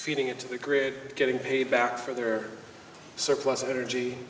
feeding it to the grid getting paid back for their surplus energy